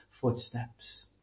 footsteps